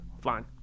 Fine